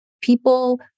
People